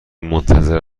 منتظر